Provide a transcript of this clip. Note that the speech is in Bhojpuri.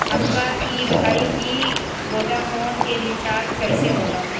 हमका ई बताई कि वोडाफोन के रिचार्ज कईसे होला?